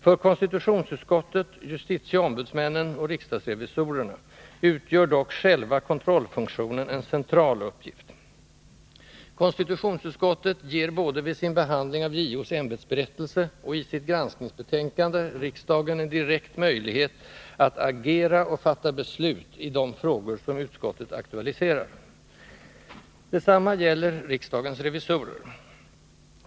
För konstitutionsutskottet, justitieombudsmännen och riksdagsrevisorerna utgör dock själva kontrollfunktionen en central uppgift. Konstitutionsutskottet ger både vid sin behandling av JO:s ämbetsberättelse och i sitt granskningsbetänkande riksdagen en direkt möjlighet att agera och fatta beslut i de frågor som utskottet aktualiserar. Detsamma gäller riksdagens revisorer.